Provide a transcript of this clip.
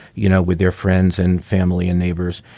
you know, with their friends and family and neighbors,